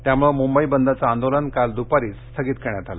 त्यामुळे मुंबई बंदचं आंदोलन काल दुपारीच स्थगित करण्यात आलं